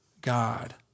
God